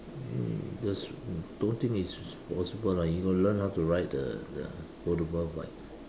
um just don't think it's possible lah you got to learn how to ride the the portable bike